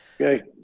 okay